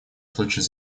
случай